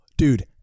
Dude